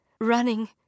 running